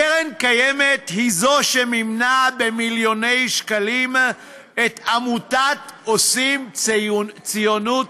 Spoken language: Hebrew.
קרן קיימת היא שמימנה במיליוני שקלים את עמותת עושים ציונות,